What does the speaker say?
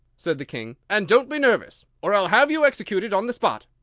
said the king and don't be nervous, or i'll have you executed on the spot.